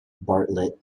bartlett